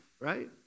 right